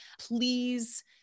please